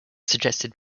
suggested